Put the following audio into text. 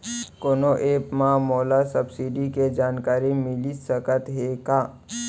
कोनो एप मा मोला सब्सिडी के जानकारी मिलिस सकत हे का?